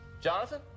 Jonathan